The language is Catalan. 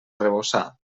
arrebossar